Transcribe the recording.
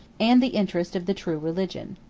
and the interest of the true religion.